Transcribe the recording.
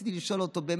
רציתי לשאול אותו אם